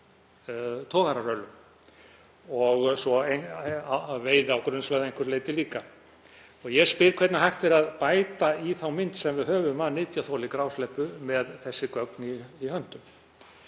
og svo á veiði á grunnsvæði að einhverju leyti líka. Ég spyr: Hvernig er hægt að bæta í þá mynd sem við höfum af nytjaþoli grásleppu með þessi gögn í höndum?